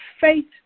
faith